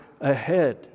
ahead